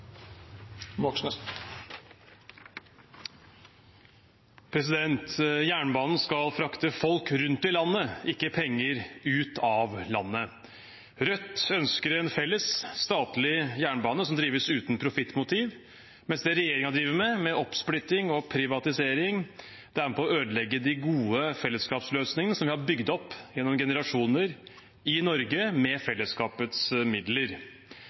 topilarstrukturen. Jernbanen skal frakte folk rundt i landet, ikke penger ut av landet. Rødt ønsker en felles statlig jernbane som drives uten profittmotiv, men det regjeringen driver med – oppsplitting og privatisering – er med på å ødelegge de gode fellesskapsløsningene som vi har bygd opp gjennom generasjoner i Norge med fellesskapets midler.